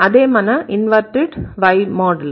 అదే మన inverted Y model